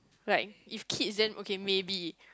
like if kids then okay maybe